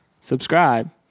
Subscribe